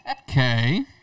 Okay